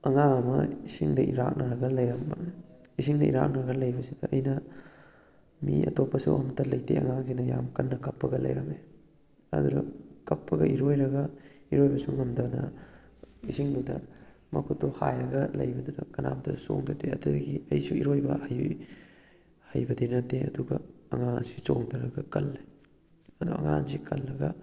ꯑꯉꯥꯡ ꯑꯃ ꯏꯁꯤꯡꯗ ꯏꯔꯥꯛꯅꯔꯒ ꯂꯩꯔꯝꯕ ꯏꯁꯤꯡꯗ ꯏꯔꯥꯛꯅꯔꯒ ꯂꯩꯕꯁꯤꯗ ꯑꯩꯅ ꯃꯤ ꯑꯇꯣꯞꯄꯁꯨ ꯑꯝꯇ ꯂꯩꯇꯦ ꯑꯉꯥꯡꯁꯤꯅ ꯌꯥꯝꯅ ꯀꯟꯅ ꯀꯞꯄꯒ ꯂꯩꯔꯝꯃꯦ ꯑꯗꯨꯗ ꯀꯞꯄꯒ ꯏꯔꯣꯏꯔꯒ ꯏꯔꯣꯏꯕꯁꯨ ꯉꯝꯗꯅ ꯏꯁꯤꯡꯗꯨꯗ ꯃꯈꯨꯠꯇꯣ ꯍꯥꯏꯔꯒ ꯂꯩꯕꯗꯨꯗ ꯀꯅꯥꯝꯇꯁꯨ ꯆꯣꯡꯗꯗꯦ ꯑꯗꯨꯗꯒꯤ ꯑꯩꯁꯨ ꯏꯔꯣꯏꯕ ꯍꯩ ꯍꯩꯕꯗꯤ ꯅꯠꯇꯦ ꯑꯗꯨꯒ ꯑꯉꯥꯡ ꯑꯁꯤ ꯆꯣꯡꯗꯔꯒ ꯀꯜꯂꯦ ꯑꯗꯣ ꯑꯉꯥꯡ ꯑꯁꯤ ꯀꯜꯂꯒ